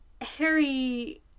Harry